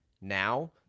Now